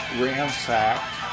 ransacked